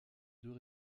deux